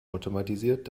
automatisiert